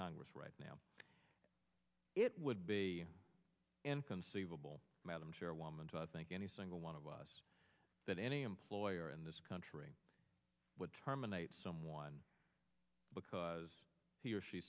congress right now it would be inconceivable madam chairwoman to think any single one of us that any employer in this country terminate someone because he or she